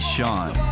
Sean